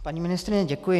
Paní ministryně, děkuji.